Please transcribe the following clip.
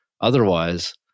Otherwise